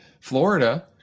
Florida